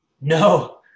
No